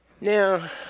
Now